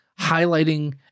highlighting